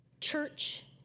church